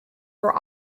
were